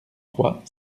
trois